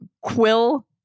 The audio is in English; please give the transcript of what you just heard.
Quill